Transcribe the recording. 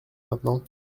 maintenant